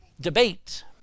Debate